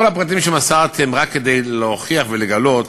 כל הפרטים שמסרתי הם רק כדי להוכיח ולגלות